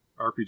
RPG